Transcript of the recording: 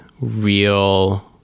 real